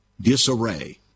disarray